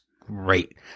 great